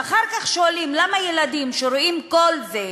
ואחר כך שואלים למה הילדים שרואים כל זמן,